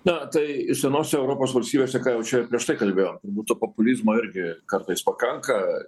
na tai senose europos valstybėse ką jau čia prieš tai kalbėjom būtų populizmo irgi kartais pakanka